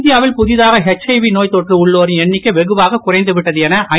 இந்தியாவில் புதிதாக எச்ஐவி நோய் தொற்று உள்ளோரின் எண்ணிக்கை வெகுவாக குறைந்துவிட்டது என ஐ